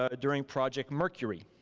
ah during project mercury.